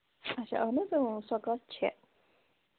اَچھا اَہَن حظ سۄ کَتھ چھےٚ